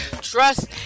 trust